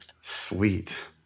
Sweet